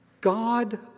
God